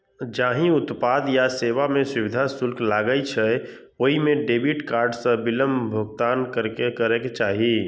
जाहि उत्पाद या सेवा मे सुविधा शुल्क लागै छै, ओइ मे डेबिट कार्ड सं बिलक भुगतान करक चाही